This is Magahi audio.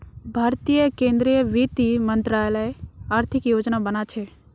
भारतीय केंद्रीय वित्त मंत्रालय आर्थिक योजना बना छे